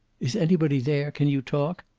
is anybody there? can you talk?